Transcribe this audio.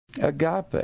Agape